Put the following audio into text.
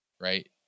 Right